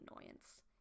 annoyance